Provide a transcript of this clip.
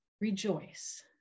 rejoice